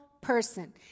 person